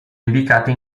indicate